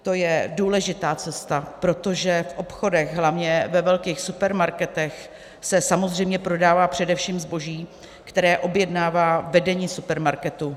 To je důležitá cesta, protože v obchodech, hlavně ve velkých supermarketech, se samozřejmě prodává především zboží, které objednává vedení supermarketu.